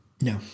No